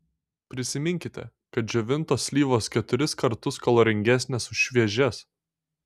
prisiminkite kad džiovintos slyvos keturis kartus kaloringesnės už šviežias